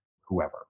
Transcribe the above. whoever